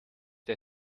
der